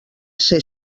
ser